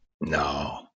No